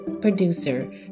producer